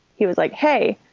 he was like, hey,